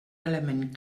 element